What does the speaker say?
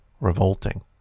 revolting